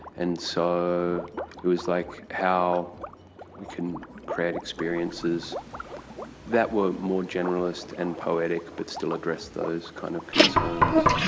and so it was like how we can create experiences that were more generalist and poetic but still address those kind of concerns.